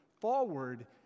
forward